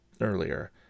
earlier